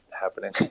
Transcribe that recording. happening